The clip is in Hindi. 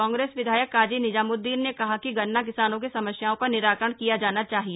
कांग्रेस विधायक काजी निजाम्ददीन ने कहा कि गन्ना किसानों की समस्याओं का निराकरण किया जाना चाहिए